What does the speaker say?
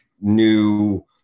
new